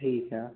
ठीक है